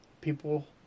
People